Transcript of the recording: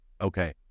okay